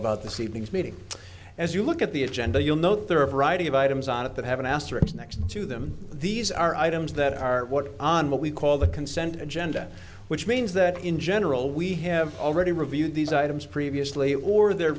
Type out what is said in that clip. about this evening's meeting as you look at the agenda you'll note there are a variety of items on it that have an asterisk next to them these are items that are what on what we call the consent agenda which means that in general we have already reviewed these items previously or they're